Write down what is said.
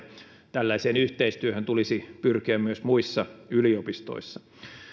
tällaiseen yhteistyöhön tulisi pyrkiä myös muissa yliopistoissa